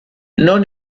non